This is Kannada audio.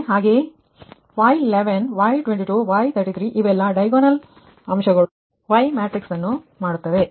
ಹಾಗಾಗಿ Y11 Y22 Y33 ಇವೆಲ್ಲ ಡೈಗೊನಲ್ ಅಂಶಗಳು Y ಮ್ಯಾಟ್ರಿಕ್ಸ್ ಅನ್ನು ಮಾಡುತ್ತದೆ